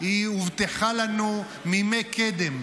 היא הובטחה לנו מימי קדם.